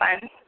fun